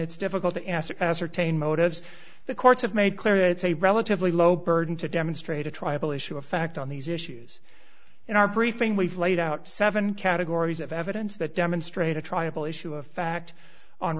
it's difficult to ascertain ascertain motives the courts have made clear it's a relatively low burden to demonstrate a tribal issue of fact on these issues in our briefing we've laid out seven categories of evidence that demonstrate a triable issue of fact on